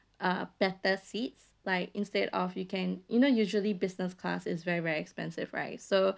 uh better seats like instead of you can you know usually business class is very very expensive right so